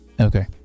Okay